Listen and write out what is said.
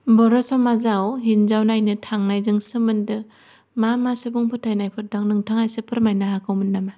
बर' समाजाव हिन्जाव नायनो थांनायजों सोमोन्दो मा मा सुबुं फोथायनायफोर दं नोंथाङा एसे फोरमायनो हागौमोन नामा